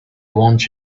want